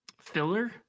Filler